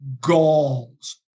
galls